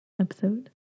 episode